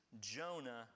Jonah